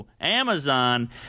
Amazon